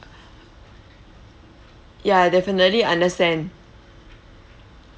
ya definitely understand